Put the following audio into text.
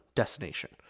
Destination